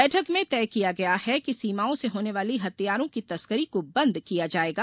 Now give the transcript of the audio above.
बैठक में तय किया गया है कि सीमाओं से होने वाली हथियारों की तस्करी को बंद किया जाएगा